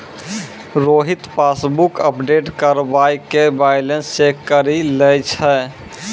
Rohit passbook update करबाय के balance check करि लै छै